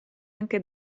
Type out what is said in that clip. anche